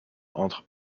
entre